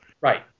Right